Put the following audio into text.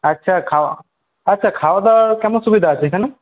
আচ্ছা খাওয়া আচ্ছা খাওয়া দাওয়া কেমন সুবিধা আছে এখানে